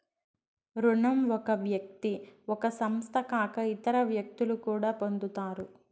రుణం ఒక వ్యక్తి ఒక సంస్థ కాక ఇతర వ్యక్తులు కూడా పొందుతారు